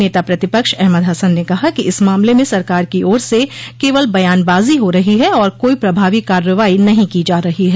नेता प्रतिपक्ष अहमद हसन ने कहा कि इस मामले में सरकार की ओर से केवल बयानबाजी हो रही है और कोई प्रभावी कार्रवाई नहीं की जा रही है